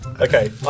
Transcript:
Okay